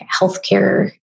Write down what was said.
healthcare